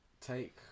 take